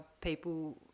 people